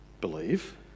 believe